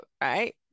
right